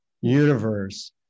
universe